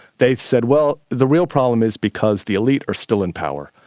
they said, well, the real problem is because the elite are still in power.